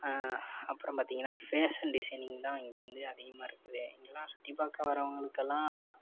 அப்புறம் பார்த்திங்கனா fashion designing தான் இங்கே வந்து அதிகமா இருக்குது இங்கெலாம் சுற்றிப் பார்க்க வரவங்களுக்கெல்லாம்